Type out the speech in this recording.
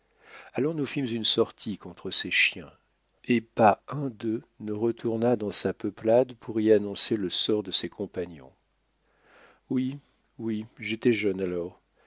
alors nous fîmes une sortie contre ces chiens et pas un d'eux ne retourna dans sa peuplade pour y annoncer le sort de ses compagnons oui oui j'étais jeune alors